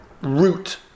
Root